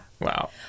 Wow